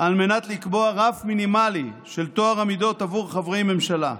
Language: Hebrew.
על מנת לקבוע רף מינימלי של טוהר המידות עבור חברי ממשלה.